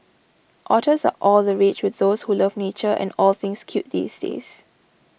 otters are all the rage with those who love nature and all things cute these days